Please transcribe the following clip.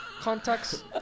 Contacts